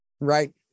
Right